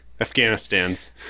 afghanistan's